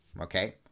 Okay